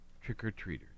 trick-or-treaters